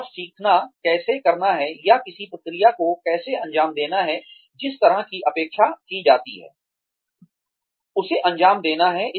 और सीखना कैसे करना है या किसी प्रक्रिया को कैसे अंजाम देना है जिस तरह की अपेक्षा की जाती है उसे अंजाम देना है